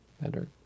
better